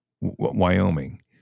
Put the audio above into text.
Wyoming